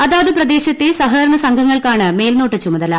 അതാതു പ്രദേശത്തെ സൃഹകൃരണ സംഘങ്ങൾക്കാണ് മേൽനോട്ട ചുമതല